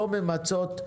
לא ממצות,